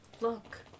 look